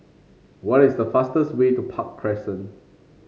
what is the fastest way to Park Crescent